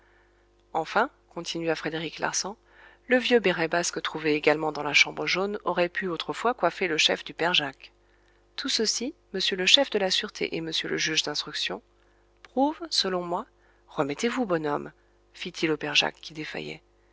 enfin continua frédéric larsan le vieux béret basque trouvé également dans la chambre jaune aurait pu autrefois coiffer le chef du père jacques tout ceci monsieur le chef de la sûreté et monsieur le juge d'instruction prouve selon moi remettez-vous bonhomme fit-il au père jacques qui défaillait